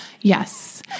Yes